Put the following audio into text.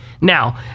Now